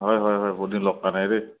হয় হয় হয় বহু দিন লগ পোৱা নাই দেই